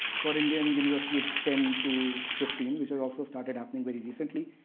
for indian universities is ten to fifteen, which also started happening very recently.